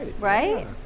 Right